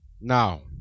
Now